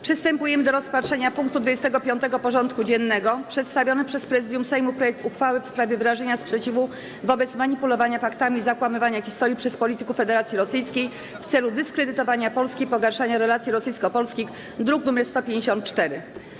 Przystępujemy do rozpatrzenia punktu 25. porządku dziennego: Pierwsze czytanie przedstawionego przez Prezydium Sejmu projektu uchwały w sprawie wyrażenia sprzeciwu wobec manipulowania faktami i zakłamywania historii przez polityków Federacji Rosyjskiej w celu dyskredytowania Polski i pogarszania relacji rosyjsko-polskich (druk nr 154)